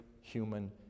human